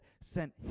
sent